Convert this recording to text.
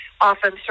often